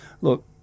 look